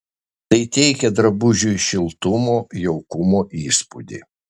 tai teikia drabužiui šiltumo jaukumo įspūdį